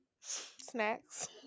Snacks